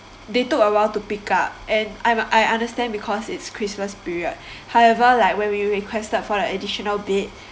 they took awhile to pick up and I~ I understand because it's Christmas period however like when we requested for the additional bed